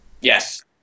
Yes